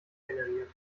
generiert